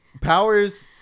Powers